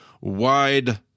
wide